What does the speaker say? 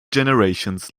generations